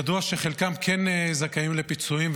ידוע שחלקם כן זכאים לפיצויים,